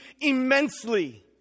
immensely